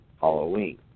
Halloween